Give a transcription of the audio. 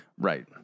Right